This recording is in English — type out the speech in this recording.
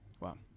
Wow